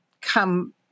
come